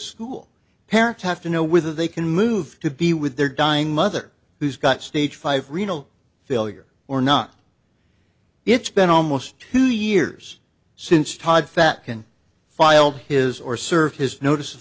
school parents have to know whether they can move to be with their dying mother who's got stage five renal failure or not it's been almost two years since todd fat can filed his or serve his notice of